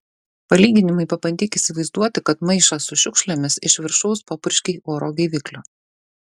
palyginimui pabandyk įsivaizduoti kad maišą su šiukšlėmis iš viršaus papurškei oro gaivikliu